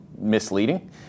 misleading